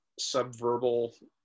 subverbal